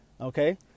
Okay